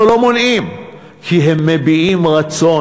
אנחנו לא מונעים, כי הם מביעים רצון,